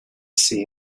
see